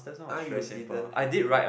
oh you didn't have to